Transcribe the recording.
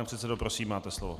Pane předsedo, prosím, máte slovo.